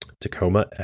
Tacoma